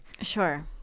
Sure